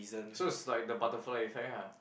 so it's like the butterfly effect ah